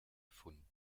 erfunden